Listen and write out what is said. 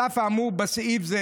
"על אף האמור בסעיף זה,